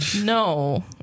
no